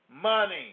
money